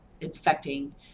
infecting